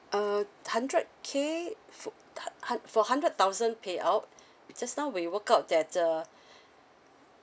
uh hundred K foo~ uh hun~ for hundred thousand payout just now we work out that uh